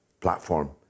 platform